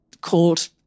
called